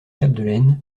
chapdelaine